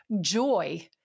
Joy